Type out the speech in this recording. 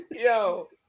Yo